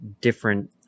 different